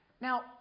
Now